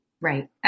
right